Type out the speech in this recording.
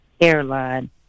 airline